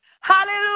Hallelujah